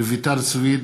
רויטל סויד